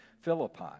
Philippi